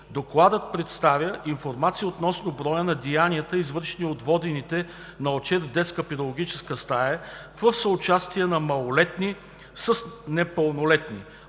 Докладът предоставя информация относно броя на деянията, извършени от водените на отчет в Детска педагогическа стая в съучастие на малолетни с непълнолетни.